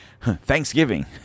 Thanksgiving